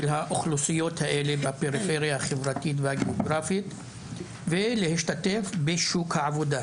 האוכלוסיות האלה בפריפריה החברתית והגאוגרפית ואלה השתתף בשוק העבודה,